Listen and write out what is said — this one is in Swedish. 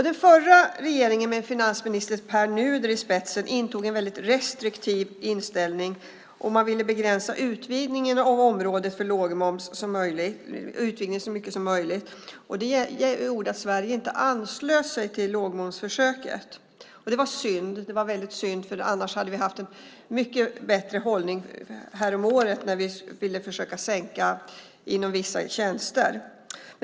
Den förra regeringen med finansminister Pär Nuder i spetsen intog en väldigt restriktiv inställning, och man ville begränsa utvidgningen av området för lågmoms så mycket som möjligt. Det gjorde att Sverige inte anslöt sig till lågmomsförsöket. Det var väldigt synd. Om vi hade gjort det hade vi haft ett mycket bättre läge häromåret när vi ville försöka sänka inom vissa tjänster.